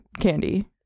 candy